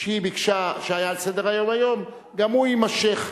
שהיא ביקשה שיהיה על סדר-היום היום גם הוא יימשך,